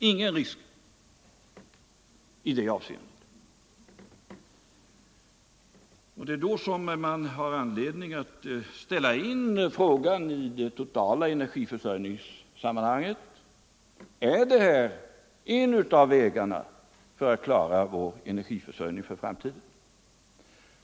Det är med detta som bakgrund man har anledning att ställa in frågan i det totala energiförsörjningssammanhanget. Är det här en av vägarna att klara vår energiförsörjning för framtiden?